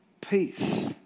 Peace